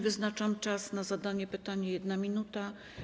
Wyznaczam czas na zadanie pytania: 1 minuta.